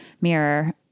mirror